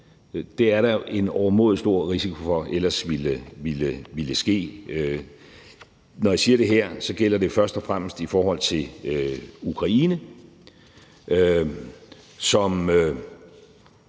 Det er der jo en overmåde stor risiko for ellers ville ske. Kl. 16:40 Når jeg siger det her, gælder det jo først og fremmest i forhold til Ukraine, som